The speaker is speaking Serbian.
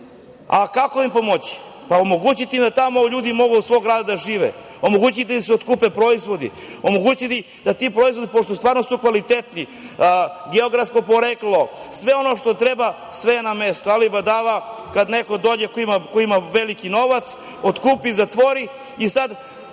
kako im pomoći? Treba im omogućiti da tamo ljudi mogu od svog rada da žive, da im se otkupe proizvodi, da ti proizvodi, pošto su stvarno kvalitetni, geografsko poreklo, sve ono što treba. Sve je to na mestu, ali, badava, kad neko dođe ko ima veliki novac, otkupi, zatvori i šta